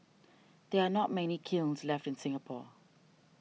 there are not many kilns left in Singapore